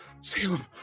Salem